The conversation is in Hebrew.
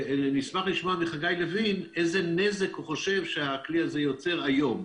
אני אשמח לשמוע מחגי לוין איזה נזק הוא חושב שהכלי הזה יוצר היום.